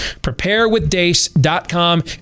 preparewithdace.com